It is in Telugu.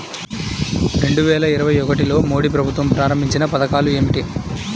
రెండు వేల ఇరవై ఒకటిలో మోడీ ప్రభుత్వం ప్రారంభించిన పథకాలు ఏమిటీ?